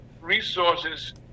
resources